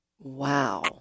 Wow